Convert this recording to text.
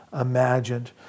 imagined